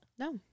No